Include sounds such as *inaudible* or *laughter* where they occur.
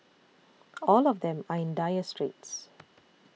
*noise* all of them are in dire straits